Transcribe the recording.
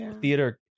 theater